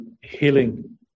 healing